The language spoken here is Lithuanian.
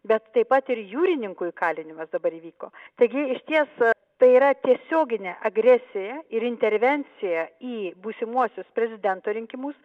bet taip pat ir jūrininkų įkalinimas dabar įvyko taigi išties tai yra tiesioginė agresija ir intervencija į būsimuosius prezidento rinkimus